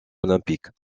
olympiques